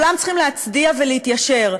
כולם צריכים להצדיע ולהתיישר.